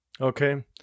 Okay